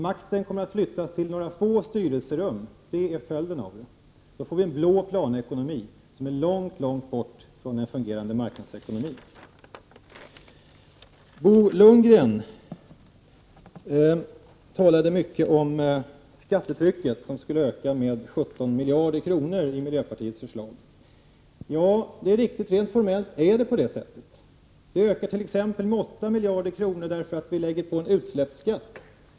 Makten kommer att flyttas till några få styrelserum. Då får vi en blå planekonomi som är långt, långt borta från en fungerande marknadsekonomi. Bo Lundgren talade mycket om skattetrycket som skulle öka med 17 miljarder kronor enligt miljöpartiets förslag. Ja, rent formellt är det så. Vi ökar t.ex. med 8 miljarder kronor därför att vi lägger på en utsläppsskatt.